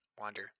Wander